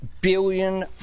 billion